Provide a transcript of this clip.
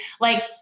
Like-